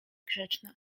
grzeczna